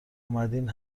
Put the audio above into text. اومدین